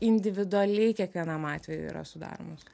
individualiai kiekvienam atvejui yra sudaromos